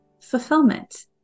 fulfillment